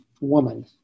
woman